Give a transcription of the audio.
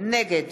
נגד